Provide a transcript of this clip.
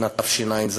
שנת תשע"ז,